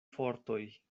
fortoj